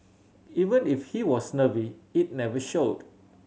even if he was nervy it never showed